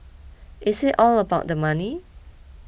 is it all about the money